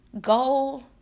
goal